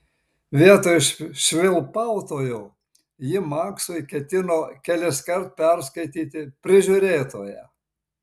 vietoj švilpautojo ji maksui ketino keliskart perskaityti prižiūrėtoją